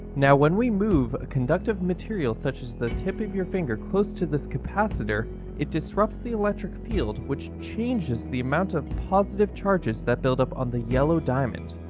now, when we move a conductive material such as the tip of your finger close to this capacitor it disrupts the electric field which changes the amount of positive charges that build up on the yellow diamond.